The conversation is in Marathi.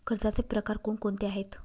कर्जाचे प्रकार कोणकोणते आहेत?